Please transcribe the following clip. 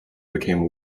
became